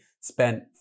spent